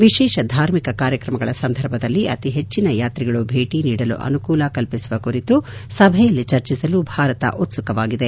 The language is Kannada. ವಿಶೇಷ ಧಾರ್ಮಿಕ ಕಾರ್ಯಕ್ರಮಗಳ ಸಂದರ್ಭದಲ್ಲಿ ಅತಿ ಹೆಚ್ಚಿನ ಯಾತ್ರಿಗಳು ಭೇಟಿ ನೀಡಲು ಅನುಕೂಲ ಕಲ್ಪಿಸುವ ಕುರಿತು ಸಭೆಯಲ್ಲಿ ಚರ್ಚಿಸಲು ಭಾರತ ಉತ್ಸುಕವಾಗಿದೆ